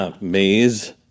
Maze